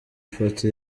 ifoto